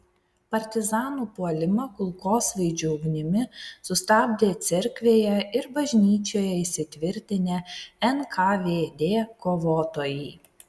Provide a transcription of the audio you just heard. partizanų puolimą kulkosvaidžių ugnimi sustabdė cerkvėje ir bažnyčioje įsitvirtinę nkvd kovotojai